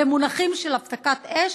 במונחים של הפסקת אש,